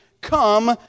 come